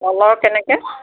কলৰ কেনেকৈ